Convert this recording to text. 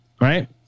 Right